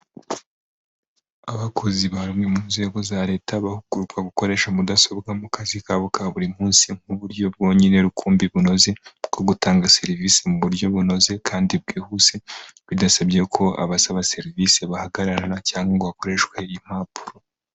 Abakozi ba rumwe mu nzego za leta bahugurwa gukoresha mudasobwa mu kazi kabo ka buri munsi, nk'uburyo bwonyine rukumbi bunoze, bwo gutanga serivisi mu buryo bunoze kandi bwihuse, bidasabye ko abasaba serivisi bahagararana cyangwa ngo hakoreshwe impapuro.